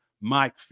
Mike